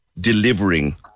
delivering